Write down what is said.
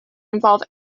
involve